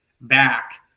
back